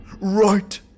Right